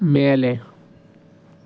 ಮೇಲೆ